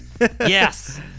Yes